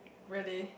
really